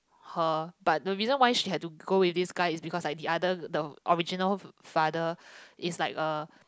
her but the reason why she had to go with this guy is because like the other the original father is like a